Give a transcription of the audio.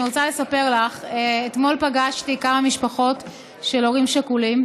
אני רוצה לספר לך שאתמול פגשתי כמה משפחות של הורים שכולים